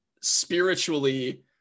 spiritually